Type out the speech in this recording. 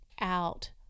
out